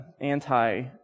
anti